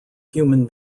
human